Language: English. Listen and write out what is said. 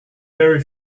very